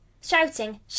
Shouting